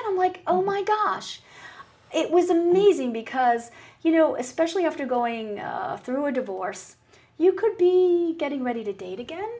out i'm like oh my gosh it was amazing because you know especially after going through a divorce you could be getting ready to date again